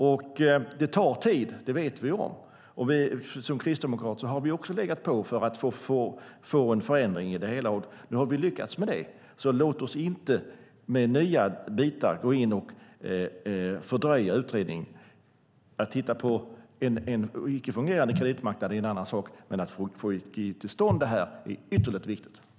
Vi vet att det tar tid. Vi kristdemokrater har också legat på för att få en förändring av det hela, och nu har vi lyckats med det. Låt oss inte gå in med nya bitar och fördröja utredningarna. Att titta på en icke fungerande kreditmarknad är en annan sak, men att få till stånd detta är ytterligt viktigt.